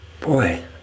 Boy